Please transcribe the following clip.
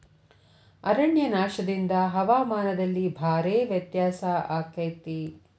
ಅರಣ್ಯನಾಶದಿಂದ ಹವಾಮಾನದಲ್ಲಿ ಭಾರೇ ವ್ಯತ್ಯಾಸ ಅಕೈತಿ